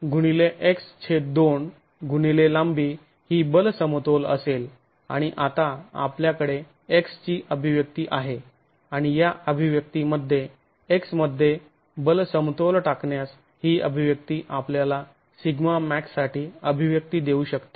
तर σmax x2 गुणिले लांबी ही बल समतोल असेल आणि आता आपल्याकडे 'x' ची अभिव्यक्ती आहे आणि या अभिव्यक्ति मध्ये 'x' मध्ये बल समतोल टाकण्यास ही अभिव्यक्ती आपल्याला σmax साठी अभिव्यक्ती देऊ शकते